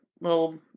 little